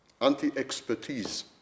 anti-expertise